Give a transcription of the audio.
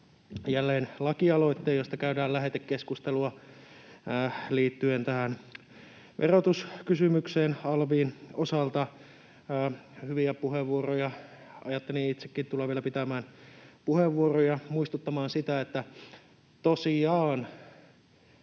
jälleen lakialoitteen, josta käydään lähetekeskustelua liittyen tähän verotuskysymykseen alvin osalta. — Hyviä puheenvuoroja. Ajattelin itsekin tulla vielä pitämään puheenvuoron ja muistuttamaan siitä, että tosiaan